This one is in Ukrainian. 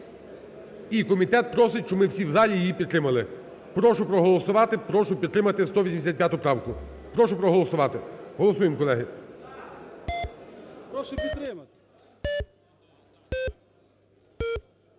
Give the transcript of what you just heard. і комітет просить, щоб ми всі в залі її підтримали. Прошу проголосувати. Прошу підтримати 185-у правку. Прошу проголосувати. Голосуємо, колеги.